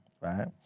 right